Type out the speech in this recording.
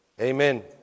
Amen